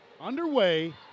underway